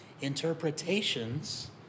interpretations